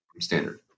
standard